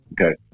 okay